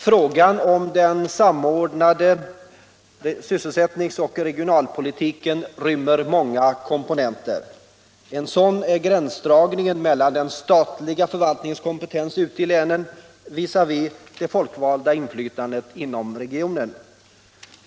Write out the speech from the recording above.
Frågan om den samordnade sysselsättnings och regionalpolitiken rymmer många komponenter. En sådan är gränsdragningen mellan den statliga förvaltningens kompetens ute i länen och de folkvaldas inflytande inom regionen.